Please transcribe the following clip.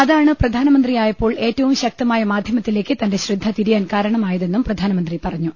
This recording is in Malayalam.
അതാണ് പ്രധാനമന്ത്രിയായ പ്പോൾ ഏറ്റവും ശക്തമായ മാധ്യമത്തിലേക്ക് തന്റെ ശ്രദ്ധ തിരിയാൻ കാരണമായതെന്നും പ്രധാനമന്ത്രി പറഞ്ഞു